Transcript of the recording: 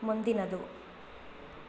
ಮುಂದಿನದು